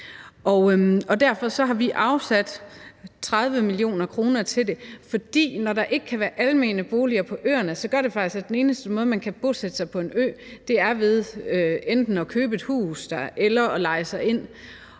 derfor har vi afsat 30 mio. kr. til det, for når der ikke kan være almene boliger på øerne, gør det faktisk, at den eneste måde, man kan bosætte sig på en ø, er ved enten at købe et hus eller leje sig ind,